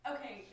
Okay